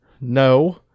No